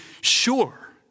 sure